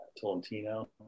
Tolentino